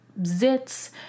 zits